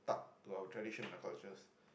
to our traditions and cultures